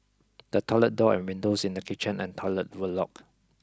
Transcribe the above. the toilet door and windows in the kitchen and toilet were locked